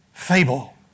Fable